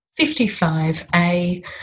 55A